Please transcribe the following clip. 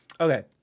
Okay